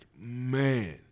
man